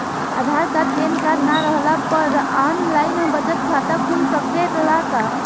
आधार card pan card न रहला पर आन लाइन बचत खाता खुल सकेला का?